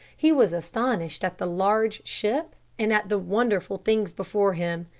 he was astonished at the large ship and at the wonderful things before him.